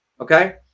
Okay